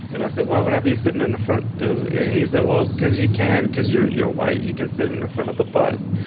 and i said, why would i be sitting in the front? he said, well, because you can because you're you're white. you can sit in front of the bus.